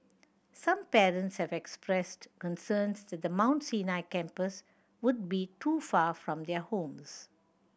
some parents have expressed concerns that the Mount Sinai campus would be too far from their homes